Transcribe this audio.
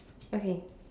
okay